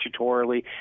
statutorily